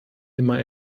immer